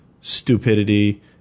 stupidity